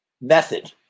method